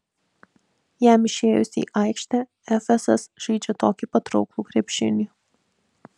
jam išėjus į aikštę efesas žaidžią tokį patrauklų krepšinį